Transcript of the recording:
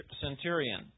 centurion